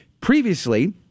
Previously